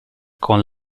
con